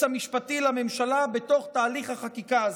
המשפטי לממשלה בתוך תהליך החקיקה הזה.